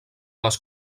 les